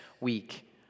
week